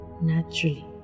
naturally